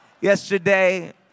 yesterday